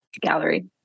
Gallery